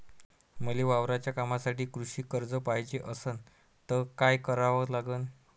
मले वावराच्या कामासाठी कृषी कर्ज पायजे असनं त काय कराव लागन?